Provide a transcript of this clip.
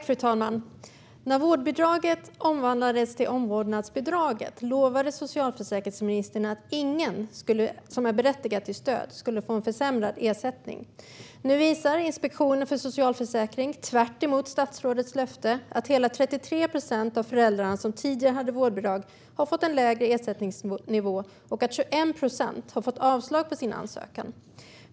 Fru talman! När vårdbidraget omvandlades till omvårdnadsbidrag lovade socialförsäkringsministern att ingen som är berättigad till stöd skulle få försämrad ersättning. Nu visar Inspektionen för socialförsäkringen att hela 33 procent av de föräldrar som tidigare hade vårdbidrag, tvärtemot statsrådets löfte, har fått en lägre ersättningsnivå och att 21 procent har fått avslag på sin ansökan.